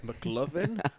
McLovin